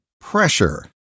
Pressure